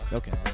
okay